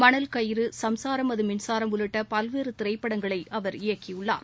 மணல் கயிறு சம்சாரம் அது மின்சாரம் உள்ளிட்ட பல்வேறு திரைப்படங்களை அவர் இயக்கியுள்ளார்